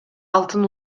алтын